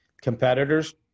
competitors